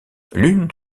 l’une